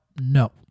no